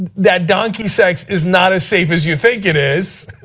that donkey sex is not as safe as you think it is,